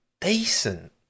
decent